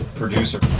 Producer